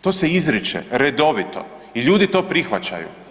to se izriče redovito i ljudi to prihvaćaju.